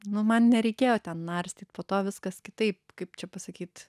nu man nereikėjo ten narstyt po to viskas kitaip kaip čia pasakyt